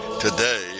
today